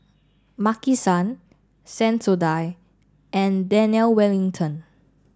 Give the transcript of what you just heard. Maki San Sensodyne and Daniel Wellington